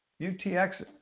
UTX